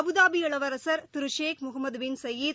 Abu Dhabi இளவரசர் திரு Sheikh Mohammed bin Zayed